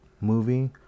movie